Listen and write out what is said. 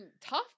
tough